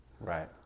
right